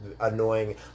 annoying